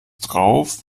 drauf